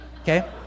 Okay